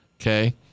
okay